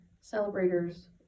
celebrators